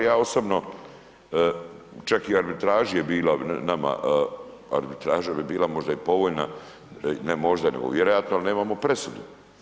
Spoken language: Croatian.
Ja osobno čak i arbitraža bi bila nama, arbitraža bi bila možda i povoljna, ne možda nego vjerojatno ali nemamo presudu.